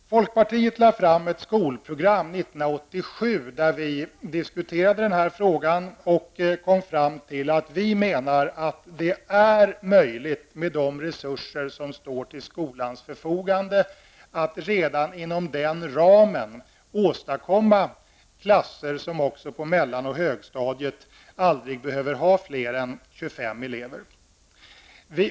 Folkpartiet lade fram ett skolprogram 1987 där vi diskuterade denna fråga. Vi kom fram till att redan inom ramen för de resurser som står till skolans förfogande är det möjligt att åstadkomma klasser som även på mellan och högstadiet aldrig skall behöva ha mer än 25 elever.